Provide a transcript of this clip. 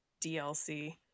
DLC